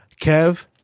Kev